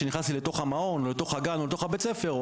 --- שנכנס לי לתוך המעון או לתוך הגן או לתוך בית הספר,